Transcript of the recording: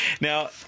now